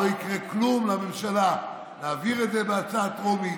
לא יקרה כלום לממשלה שיעבירו את זה בקריאה טרומית,